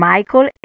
Michael